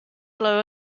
lower